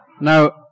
Now